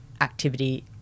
activity